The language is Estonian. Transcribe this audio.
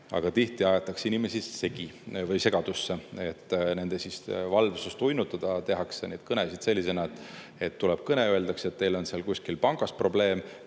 Aga tihti aetakse inimesi segadusse, et nende valvsust uinutada, tehakse neid kõnesid sellisena, et tuleb kõne, öeldakse, et teil on seal kuskil pangas probleem,